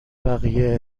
بقیه